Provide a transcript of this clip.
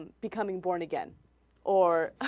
becoming born again or